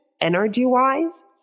energy-wise